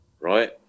right